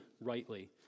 rightly